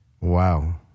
Wow